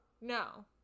No